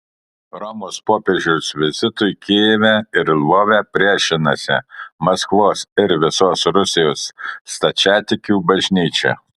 romos popiežiaus vizitui kijeve ir lvove priešinasi maskvos ir visos rusijos stačiatikių bažnyčia